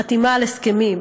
חתימה על הסכמים,